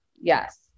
Yes